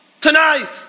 tonight